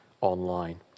online